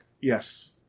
Yes